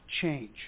change